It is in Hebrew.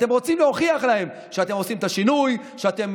אתם רוצים להוכיח להם שאתם עושים את השינוי, שאתם